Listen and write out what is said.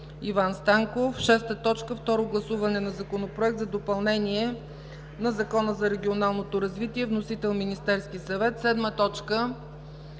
Иван Станков. 6. Второ гласуване на Законопроекта за допълнение на Закона за регионалното развитие. Вносител: Министерският съвет. 7.